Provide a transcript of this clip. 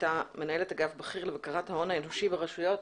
למנהלת אגף בכיר לבקרת ההון האנושי ברשויות